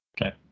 Okay